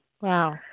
Wow